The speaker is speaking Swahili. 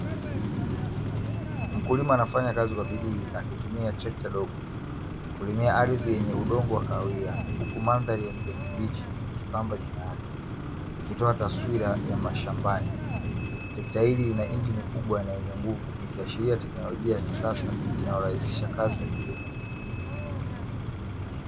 Mkulima anafanya kazi kwa bidii akitumia trekta dogo, kulimia ardhi yenye udongo wa kahawia, huku mandhari ya kijani kibichi ikipamba nyuma yake, ikitoa taswira ya mashambani. Trekta hili lina injini kubwa na yenye nguvu ikiashiria tekinolojia ya kisasa, inayorahisisha kazi za kilimo.